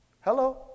Hello